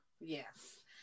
Yes